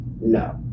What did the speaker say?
no